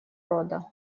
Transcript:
рода